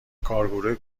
کارگروه